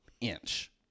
inch